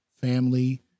family